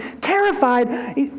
terrified